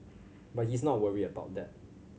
but he's not worried about that